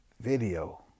video